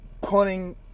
putting